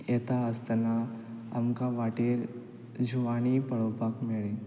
येता आसतना आमकां वाटेर जिवाणींय पळोवपाक मेळ्ळीं